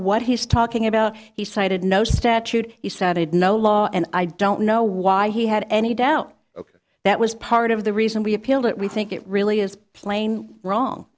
what he's talking about he cited no statute he cited no law and i don't know why he had any doubt ok that was part of the reason we appealed it we think it really is plain wrong